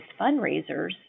fundraisers